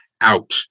out